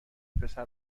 پسر